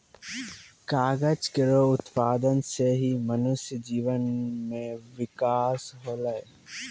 कागज केरो उत्पादन सें ही मनुष्य जीवन म बिकास होलै